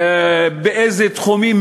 באיזה תחומים,